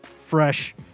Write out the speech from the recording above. fresh